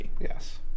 yes